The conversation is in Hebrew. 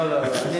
לא, לא, לא.